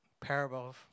parable